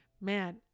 man